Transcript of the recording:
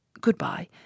Goodbye